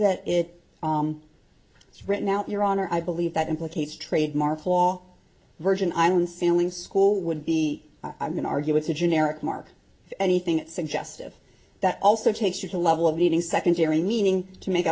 that it is written out your honor i believe that implicates trademark law virgin island sailing school would be i'm going argue it's a generic mark anything suggestive that also takes you to level of needing secondary meaning to make